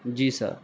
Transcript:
جی سر